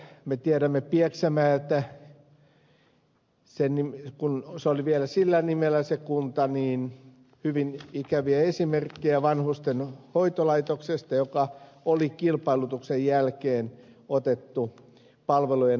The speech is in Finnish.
me tiedämme pieksämäeltä kun se kunta oli vielä sillä nimellä hyvin ikäviä esimerkkejä vanhusten hoitolaitoksesta joka oli kilpailutuksen jälkeen otettu palvelujen antajaksi